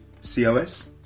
C-O-S